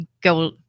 go